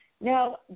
Now